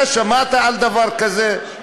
אתה שמעת על דבר כזה?